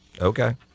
okay